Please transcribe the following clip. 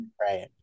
Right